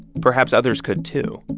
perhaps others could, too.